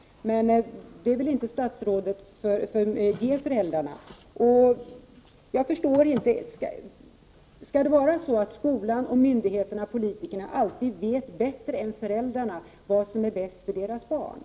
Detta inflytande vill inte statsrådet ge föräldrarna. Vet alltid skolan, myndigheterna och politikerna bättre än föräldrarna vad som är bäst för barnen?